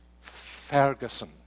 Ferguson